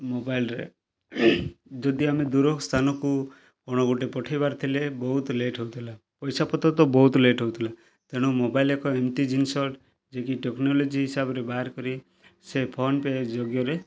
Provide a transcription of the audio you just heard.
ମୋବାଇଲ୍ରେ ଯଦି ଆମେ ଦୂର ସ୍ଥାନକୁ କ'ଣ ଗୋଟେ ପଠେଇବାର ଥିଲେ ବହୁତ ଲେଟ୍ ହେଉଥିଲା ପଇସା ପତ୍ର ତ ବହୁତ ଲେଟ୍ ହଉଥିଲା ତେଣୁ ମୋବାଇଲ୍ ଏକ ଏମିତି ଜିନିଷ ଯିଏକି ଟେକ୍ନୋଲୋଜି ହିସାବରେ ବାହାର କରି ସେ ଫୋନ୍ପେ ଯୋଗେରେ